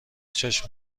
چشم